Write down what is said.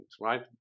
right